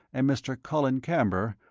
and mr. colin camber,